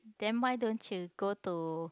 then why don't you go to